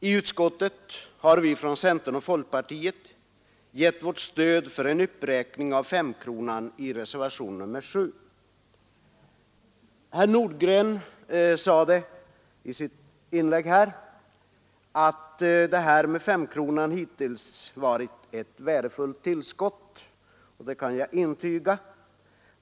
I utskottet har vi från centern och folkpartiet i reservationen 7 gett vårt stöd åt förslaget om en uppräkning av femkronan. Herr Nordgren sade i sitt inlägg att femkronan hittills varit ett värdefullt tillskott. Det kan jag intyga.